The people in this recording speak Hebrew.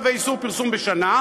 50 צווי איסור פרסום בשנה,